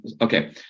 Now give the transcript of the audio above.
Okay